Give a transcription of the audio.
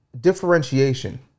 differentiation